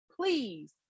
please